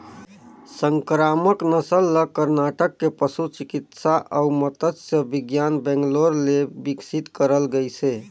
संकरामक नसल ल करनाटक के पसु चिकित्सा अउ मत्स्य बिग्यान बैंगलोर ले बिकसित करल गइसे